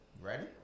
Ready